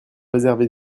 réserver